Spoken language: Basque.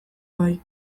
bai